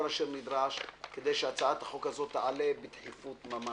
אשר נדרש כדי שהצעת החוק הזאת תעלה בדחיפות ממש.